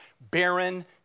barren